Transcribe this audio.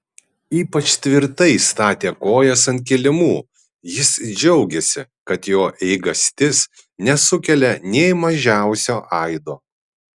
ypač tvirtai statė kojas ant kilimų jis džiaugėsi kad jo eigastis nesukelia nė mažiausio aido